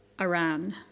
Iran